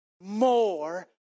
more